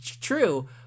True